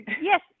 Yes